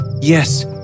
Yes